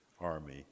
army